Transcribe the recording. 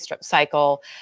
cycle